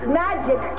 magic